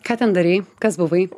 ką ten darei kas buvai